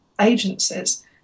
agencies